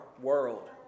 world